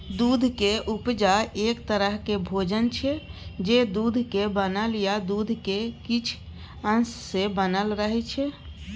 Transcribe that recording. दुधक उपजा एक तरहक भोजन छै जे दुधक बनल या दुधक किछ अश सँ बनल रहय छै